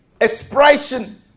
expression